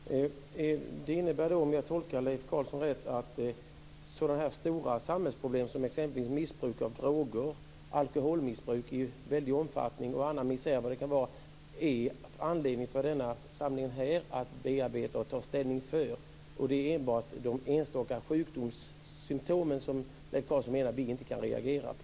Fru talman! Det innebär, om jag tolkar Leif Carlson rätt, att stora samhällsproblem som exempelvis missbruk av droger, alkoholmissbruk i väldig omfattning och annan misär finns det anledning för denna församling att bearbeta och ta ställning till. Det är enbart de enstaka sjukdomssymtomen som Leif Carlson menar att vi inte kan reagera på.